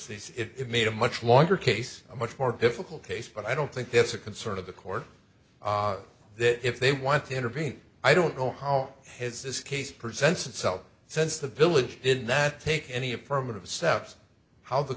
says it made a much longer case a much more difficult case but i don't think that's a concern of the court that if they want to intervene i don't know how has this case presents itself since the village did not take any of permit of steps how the